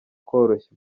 koroshya